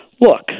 Look